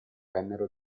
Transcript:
vennero